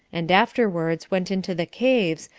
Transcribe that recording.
and afterwards went into the caves,